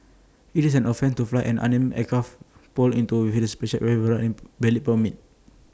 IT is an offence to fly an unmanned aircraft or into within the special event area without A valid permit